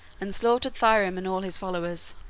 and slaughtered thrym and all his followers.